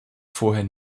vorher